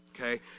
Okay